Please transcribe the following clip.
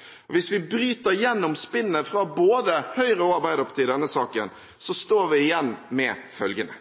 skolen. Hvis vi bryter gjennom «spin»-et fra både Høyre og Arbeiderpartiet i denne saken, står vi igjen med følgende: